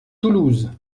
toulouse